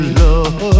love